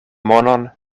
monon